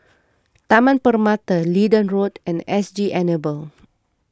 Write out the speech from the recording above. Taman Permata Leedon Road and S G Enable